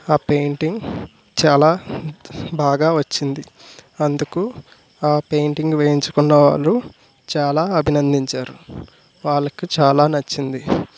ఆ పెయింటింగ్ చాలా బాగా వచ్చింది అందుకు ఆ పెయింటింగ్ వేయించుకున్న వాళ్ళు చాలా అభినందించారు వాళ్ళకు చాలా నచ్చింది